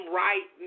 right